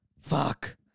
Fuck